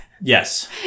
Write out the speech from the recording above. Yes